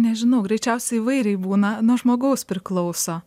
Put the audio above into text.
nežinau greičiausiai įvairiai būna nuo žmogaus priklauso